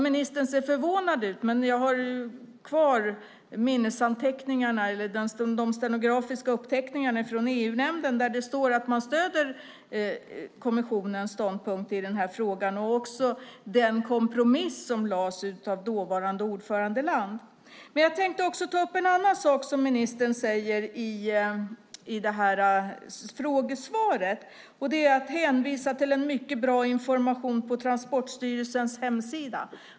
Ministern ser förvånad ut, men jag har kvar minnesanteckningarna - de stenografiska uppteckningarna - från EU-nämnden. Där står det att man stöder kommissionens ståndpunkt i frågan och också den kompromiss som lades fram av dåvarande ordförandeland. Jag tänkte också ta upp en annan sak som ministern tog upp i frågesvaret. Där hänvisar hon till mycket bra information på Transportstyrelsens hemsida.